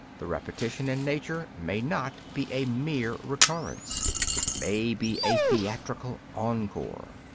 the repetition in nature may not be a mere recurrence it may be a theatrical encore.